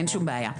אין שום בעיה.